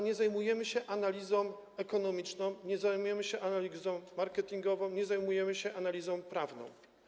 Nie zajmujemy się analizą ekonomiczną, nie zajmujemy się analizą marketingową, nie zajmujemy się analizą prawną.